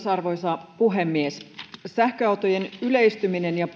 arvoisa puhemies sähköautojen yleistyminen ja